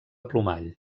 plomall